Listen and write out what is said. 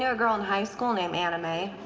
yeah girl in high school named anna mae.